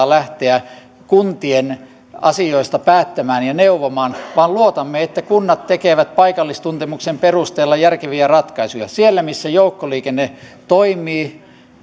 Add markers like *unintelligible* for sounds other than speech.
*unintelligible* lähteä kuntien asioista päättämään ja neuvomaan vaan luotamme että kunnat tekevät paikallistuntemuksen perusteella järkeviä ratkaisuja siellä missä joukkoliikenne toimii